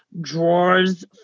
drawers